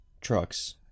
trucks